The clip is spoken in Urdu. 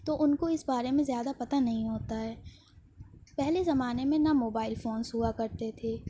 تو ان کو اس بارے میں زیادہ پتا نہیں ہوتا ہے پہلے زمانے میں نہ موبائل فونس ہوا کرتے تھے